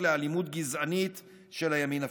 לאלימות גזענית של הימין הפשיסטי.